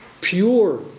pure